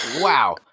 wow